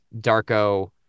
Darko